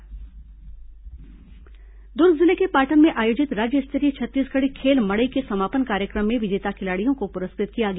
खेल मड़ई दुर्ग जिले के पाटन में आयोजित राज्य स्तरीय छत्तीसगढ़ी खेल मड़ई के समापन कार्यक्रम में विजेता खिलाड़ियों को पुरस्कृत किया गया